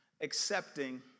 accepting